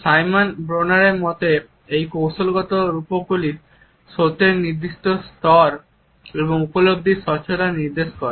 Simon ব্রনারের মতে এই কৌশলগত রূপকগুলি সত্যের নির্দিষ্ট স্তর এবং উপলব্ধির স্বচ্ছতা নির্দেশ করে